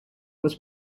was